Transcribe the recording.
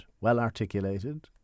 well-articulated